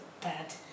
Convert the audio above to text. bad